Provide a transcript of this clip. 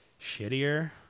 shittier